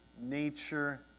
nature